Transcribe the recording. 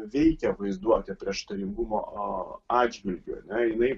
veikia vaizduotė prieštaringumą atžvilgiu ar ne jinai